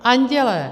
Andělé!